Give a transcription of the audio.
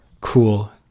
cool